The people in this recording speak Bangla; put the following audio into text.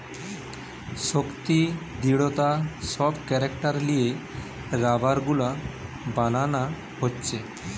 শক্তি, দৃঢ়তা সব ক্যারেক্টার লিয়ে রাবার গুলা বানানা হচ্ছে